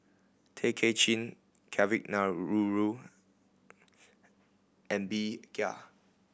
Tay Kay Chin Kavignareru Ng Bee Kia